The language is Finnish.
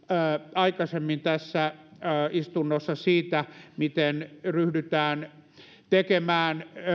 aikaisemmin tässä istunnossa siitä miten ryhdytään tekemään